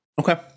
Okay